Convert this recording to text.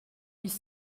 dix